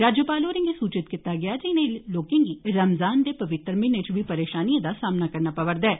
राज्यपाल होरें गी सूचित कीता गेआ जे इनें लोकें गी रमज़ान दे पवित्र म्हीने च बी परेशानिएं दा सामना करना पवा'रदा ऐ